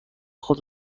خود